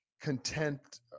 content